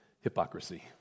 hypocrisy